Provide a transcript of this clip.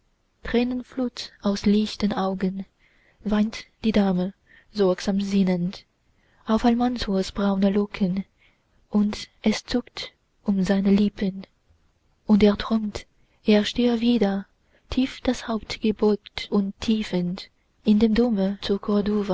tränenflut aus lichten augen weint die dame sorgsam sinnend auf almansors braune locken und es zuckt um seine lippen und er träumt er stehe wieder tief das haupt gebeugt und triefend in dem dome